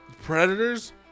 Predators